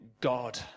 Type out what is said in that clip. God